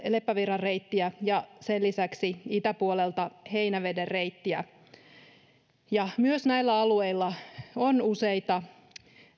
leppävirran reittiä ja sen lisäksi itäpuolelta heinäveden reittiä myös näillä alueilla on useita